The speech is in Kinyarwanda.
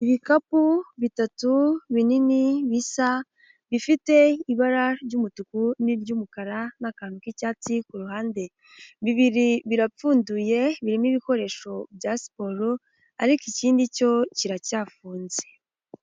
Ibikapu bitatu binini bisa, bifite ibara ry'umutuku ni ry'umukara n'akantu k'icyatsi ku ruhande, bibiri birapfunduye birimo ibikoresho bya siporo ariko ikindi cyo kiracyafunze.